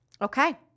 Okay